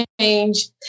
change